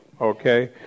okay